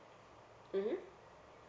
mmhmm